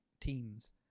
teams